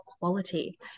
quality